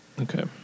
Okay